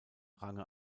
range